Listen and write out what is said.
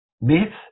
myth